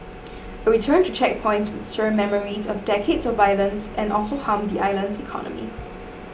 a return to checkpoints would stir memories of decades of violence and also harm the island's economy